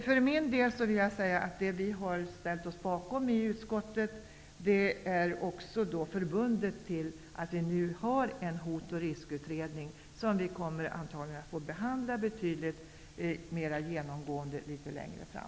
Vårt ställningstagande i utskottet är förbundet med att det nu finns en hot och riskutredning, som vi antagligen kommer att få behandla mera genomgående litet längre fram.